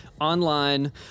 online